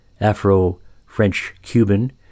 Afro-French-Cuban